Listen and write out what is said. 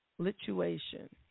Lituation